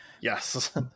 Yes